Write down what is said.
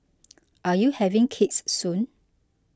are you having kids soon